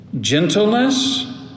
gentleness